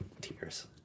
Tears